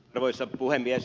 arvoisa puhemies